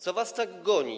Co was tak goni?